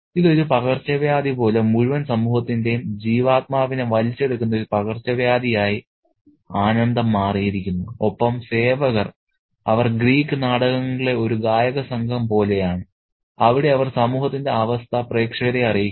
ഇതൊരു പകർച്ചവ്യാധി പോലെ മുഴുവൻ സമൂഹത്തിന്റെയും ജീവാത്മാവിനെ വലിച്ചെടുക്കുന്ന ഒരു പകർച്ചവ്യാധിയായി ആനന്ദം മാറിയിരിക്കുന്നു ഒപ്പം സേവകർ അവർ ഗ്രീക്ക് നാടകങ്ങളിലെ ഒരു ഗായകസംഘം പോലെയാണ് അവിടെ അവർ സമൂഹത്തിന്റെ അവസ്ഥ പ്രേക്ഷകരെ അറിയിക്കുന്നു